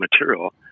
material